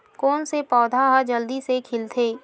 कोन से पौधा ह जल्दी से खिलथे?